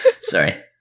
Sorry